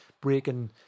breaking